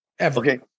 Okay